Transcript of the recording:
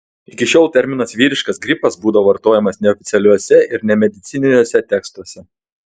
iki šiol terminas vyriškas gripas būdavo vartojamas neoficialiuose ir nemedicininiuose tekstuose